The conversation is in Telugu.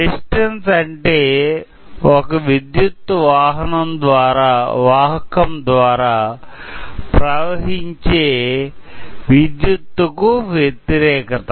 రెసిస్టన్స్ అంటే ఒక విద్యుత్తు వాహకం ద్వారా ప్రవహించే విద్యుత్తుకు వ్య తిరేకత